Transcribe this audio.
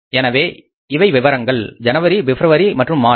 எனவே இவை விவரங்கள் ஜனவரி பிப்ரவரி மற்றும் மார்ச்